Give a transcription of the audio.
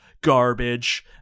garbage